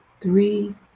Three